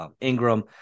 Ingram